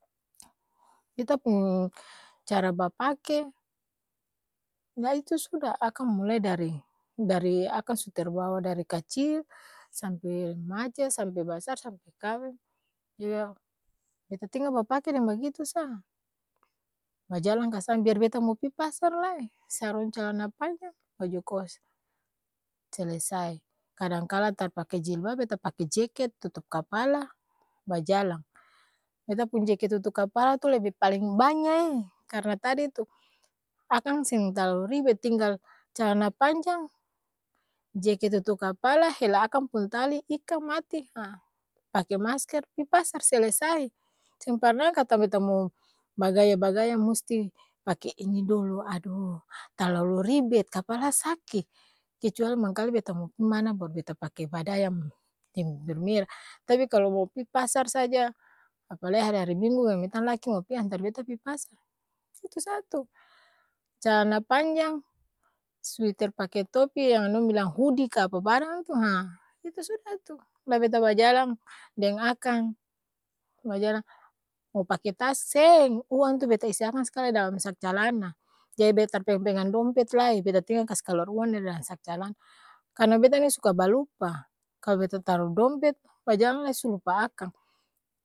Beta pung cara bapake, la itu suda, akang mulai dari, dari akang su terbawa dari kacil, sampe remaja, sampe basar, sampe kaweng, beta tinggal bapake deng bagitu sa bajalang kasa biar beta mo pi pasar lai sarong calana panjang, baju kos, selesai! Kadang kala tar pake jilbab, beta pake jeket tutup kapala, bajalang. beta pung jeket tutu kapala tu lebe paleng banya'eee karna tadi tu akang seng talalu ribet, tinggal calana panjang, jeket tutu kapala, hela akang pung tali, ika mati haa, pake masker, pi pasar, selesai! Seng parna kata beta mo, bagaya-bagaya musti pake ini dolo, adoo talalo ribet kapala sake kecuali mangkali beta mo pi mana baru beta pake bada yam deng bibir mera, tapi kalo mo pi pasar saja, apalai hari-hari minggu bilang beta laki mo pi antar beta pi pasar, itu sa tu, calana panjang, switer pake topi yang dong bilang hudi kaa apa barang tu haa itu suda tu, la beta bajalang, deng akang, bajalang mo pake tas? Seeng! Uang tu beta isi akang s'kali dalam sak calana, jadi beta tar pegang-pegang dompet lai, beta tinggal kas kaluar uang di dalang sak calana, karna beta ni suka balupa, kal beta taru dompet, bajalang lai su lupa akang.